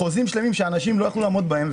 אלה חוזים שלמים שאנשים לא יכלו לעמוד בהם,